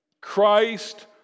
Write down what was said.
Christ